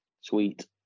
Sweet